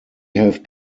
have